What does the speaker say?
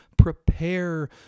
Prepare